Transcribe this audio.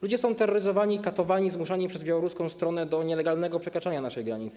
Ludzie są terroryzowani, katowani, zmuszani przez białoruską stronę do nielegalnego przekraczania naszej granicy.